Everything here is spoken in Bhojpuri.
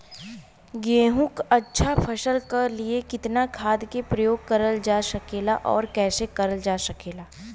गेहूँक अच्छा फसल क लिए कितना खाद के प्रयोग करल जा सकेला और कैसे करल जा सकेला?